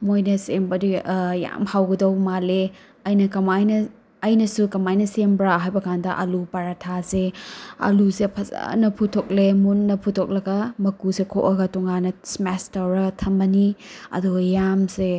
ꯃꯣꯏꯅ ꯁꯦꯝꯕꯗꯤ ꯌꯥꯝ ꯍꯥꯎꯒꯗꯕ ꯃꯥꯜꯂꯦ ꯑꯩꯅ ꯀꯃꯥꯏꯅ ꯑꯩꯅꯁꯨ ꯀꯃꯥꯏꯅ ꯁꯦꯝꯕ꯭ꯔꯥ ꯍꯥꯏꯕꯀꯥꯟꯗ ꯑꯂꯨ ꯄꯔꯊꯥꯁꯦ ꯑꯂꯨꯁꯦ ꯐꯖꯅ ꯐꯨꯠꯇꯣꯛꯂꯦ ꯃꯨꯟꯅ ꯐꯨꯠꯇꯣꯛꯂꯒ ꯃꯀꯨꯁꯦ ꯈꯣꯛꯑꯒ ꯇꯣꯉꯥꯟꯅ ꯁꯃꯦꯁ ꯇꯧꯔꯒ ꯊꯝꯃꯅꯤ ꯑꯗꯨꯒ ꯌꯥꯝꯁꯦ